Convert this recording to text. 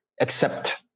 accept